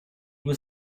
was